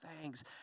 thanks